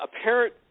Apparent